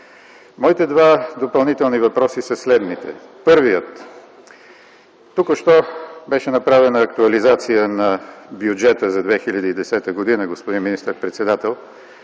Моите два допълнителни въпроса са следните. Първият въпрос. Току-що беше направена актуализация на бюджета за 2010 г., господин министър-председател,